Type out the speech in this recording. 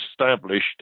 established